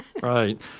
Right